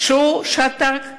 הותקף